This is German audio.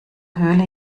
höhle